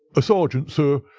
a sergeant, sir,